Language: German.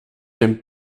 dem